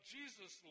Jesus